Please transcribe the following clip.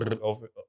over